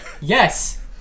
Yes